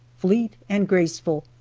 fleet and graceful,